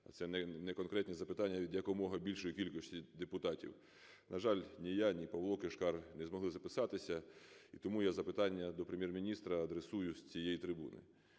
це не конкретні запитання від якомога більшої кількості депутатів. На жаль, ні я, ні Павло Кишкар не змогли записатися, і тому я запитання до Прем'єр-міністра адресую з цієї трибуни.